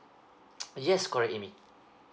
yes correct amy